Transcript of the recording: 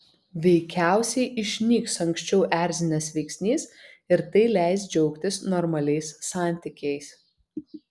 veikiausiai išnyks anksčiau erzinęs veiksnys ir tai leis džiaugtis normaliais santykiais